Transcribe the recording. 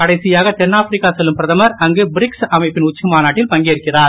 கடைசியாக தென்ஆப்ரிக்கா செல்லும் பிரதமர் அங்கு பிரிக்ஸ் அமைப்பின் உச்சிமாநாட்டில் பங்கேற்கிறார்